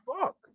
fuck